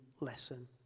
lesson